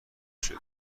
شدیم